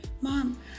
Mom